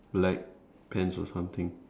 black pants or something